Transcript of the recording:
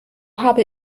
habe